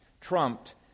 trumped